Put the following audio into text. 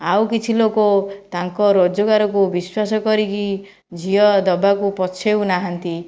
ଆଉ କିଛି ଲୋକ ତାଙ୍କ ରୋଜଗାରକୁ ବିଶ୍ୱାସ କରିକି ଝିଅ ଦେବାକୁ ପଛଉ ନାହାନ୍ତି